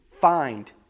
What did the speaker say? find